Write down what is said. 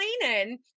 cleaning